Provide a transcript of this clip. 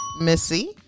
Missy